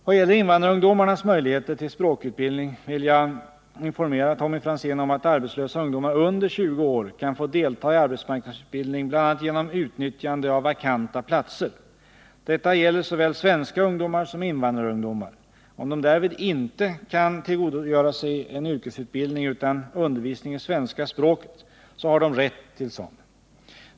Vad gäller invandrarungdomarnas möjligheter till språkutbildning vill jag informera Tommy Franzén om att arbetslösa ungdomar under 20 år kan få delta i arbetsmarknadsutbildning bl.a. genom utnyttjande av vakanta platser. Detta gäller såväl svenska ungdomar som invandrarungdomar. Om de därvid inte kan tillgodogöra sig en yrkesutbildning utan undervisning i svenska språket har de rätt till sådan.